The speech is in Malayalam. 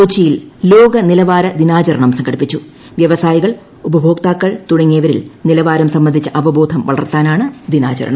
കൊച്ചിയിൽ ലോകനിലവ്വാര ദിനാചരണം വൃവസായികൾ ഉപഭ്ടോക്താക്കൾ തുടങ്ങിയവരിൽ നിലവാരം സംബന്ധിച്ച അവബോധം വളർത്താനാണ് ദിനാചരണം